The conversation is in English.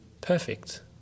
perfect